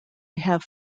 have